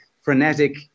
frenetic